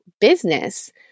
business